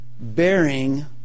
bearing